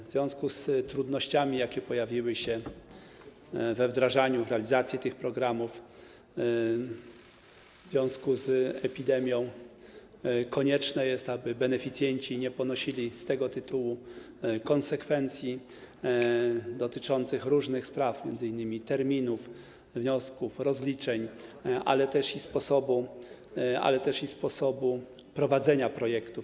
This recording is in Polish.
W związku z trudnościami, jakie pojawiły się we wdrażaniu, w realizacji tych programów w związku z epidemią, konieczne jest, aby beneficjenci nie ponosili z tego tytułu konsekwencji dotyczących różnych spraw, m.in. terminów składania wniosków, rozliczeń, ale też sposobu prowadzenia projektów.